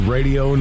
Radio